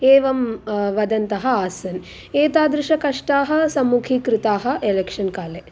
एवं वदन्तः आसन् एतादृश कष्टाः सम्मुखीकृताः एलेक्शन् काले